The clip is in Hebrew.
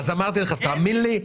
ואז אמרתי לך: תאמין לי,